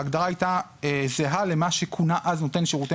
ההגדרה הייתה זהה למה שכונה אז "נותן שירותי